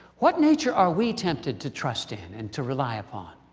what nature are we tempted to trust in and to rely upon?